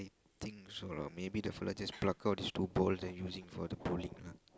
think so lah maybe the fella just pluck out this two bowl then using for the bowling lah